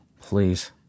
please